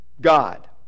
God